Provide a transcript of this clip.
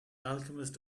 alchemist